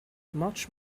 much